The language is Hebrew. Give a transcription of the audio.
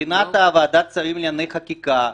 מבחינת ועדת שרים לענייני חקיקה,